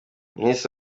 miss